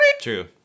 true